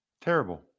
Terrible